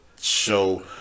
show